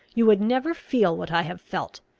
you would never feel what i have felt.